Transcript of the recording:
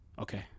okay